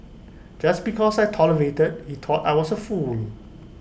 just because I tolerated he thought I was A fool